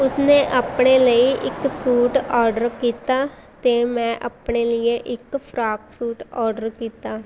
ਉਸਨੇ ਆਪਣੇ ਲਈ ਇੱਕ ਸੂਟ ਔਡਰ ਕੀਤਾ ਅਤੇ ਮੈਂ ਆਪਣੇ ਲੀਏ ਇੱਕ ਫਰਾਕ ਸੂਟ ਔਡਰ ਕੀਤਾ